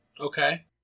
Okay